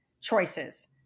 choices